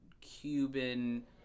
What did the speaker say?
cuban